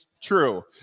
True